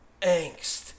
angst